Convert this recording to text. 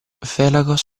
felagos